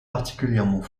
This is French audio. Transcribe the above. particulièrement